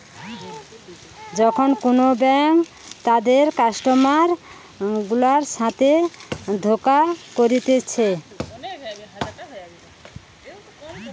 যখন কোন ব্যাঙ্ক তাদের কাস্টমার গুলার সাথে ধোকা করতিছে